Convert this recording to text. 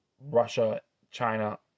Russia-China